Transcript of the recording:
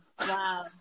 Wow